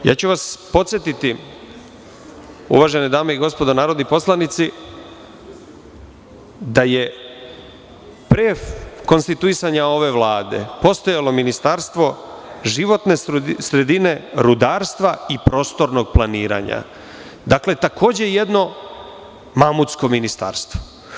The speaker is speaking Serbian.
Podsetiću vas, uvažene dame i gospodo narodni poslanici, da je pre konstituisanja ove Vlade postojalo Ministarstvo životne sredine, rudarstva i prostornog planiranja, takođe jedno mamutsko ministarstvo.